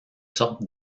sorte